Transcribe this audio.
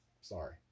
Sorry